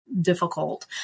difficult